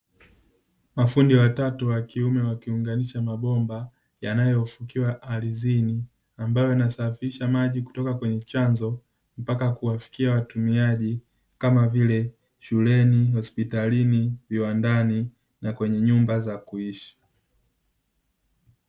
Mafundi watatu wa kiume wakiunganisha mabomba yanayofukiwa ardhini, ambayo ynasafirisha maji kutoka kwenye chanzo, mpaka kuwafikia watumiaji kama vile shuleni, hospitalini, viwandani na kwenye nyumba za kuishi.